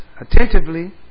attentively